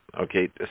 okay